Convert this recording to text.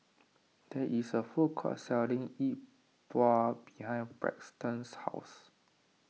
there is a food court selling Yi Bua behind Braxton's house